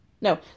No